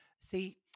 See